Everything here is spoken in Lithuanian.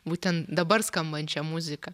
būtent dabar skambančią muziką